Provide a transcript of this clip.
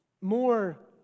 more